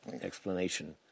explanation